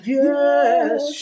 yes